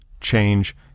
change